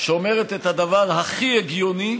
שאומרת את הדבר הכי הגיוני,